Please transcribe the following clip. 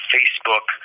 Facebook